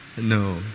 No